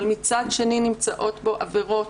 אבל מצד שני נמצאות בו עבירות